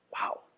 Wow